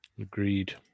Agreed